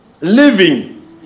living